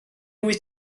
wyt